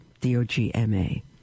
D-O-G-M-A